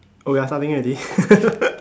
oh ya starting already